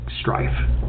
strife